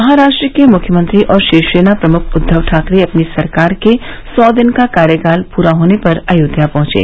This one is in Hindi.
महाराष्ट्र के मुख्यमंत्री और शिवसेना प्रमुख उद्दव ठाकरे अपनी सरकार के सौ दिन का कार्यकाल पूरा होने पर अयोध्या पहुंचे